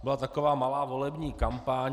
Byla to taková malá volební kampaň.